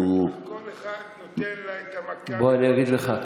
כל אחד נותן לה את המכה, בוא, אני אגיד לך.